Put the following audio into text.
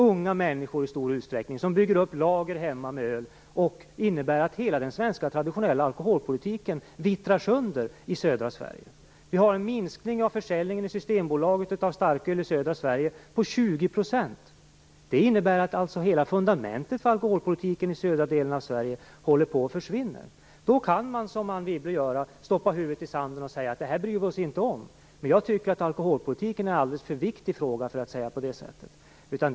Det är i stor utsträckning unga människor som hemma bygger upp lager med öl. Det innebär att hela den traditionella svenska alkoholpolitiken vittrar sönder i södra Sverige. Vi har en minskning av försäljningen av starköl i Systembolaget i södra Sverige med 20 %. Det innebär att hela fundamentet för alkoholpolitiken i södra delen av Sverige håller på att försvinna. Då kan man som Anne Wibble gör stoppa huvudet i sanden och säga: Det här bryr vi oss inte om. Men jag tycker att alkoholpolitiken är en alldeles för viktig fråga för att man skall säga på det sättet.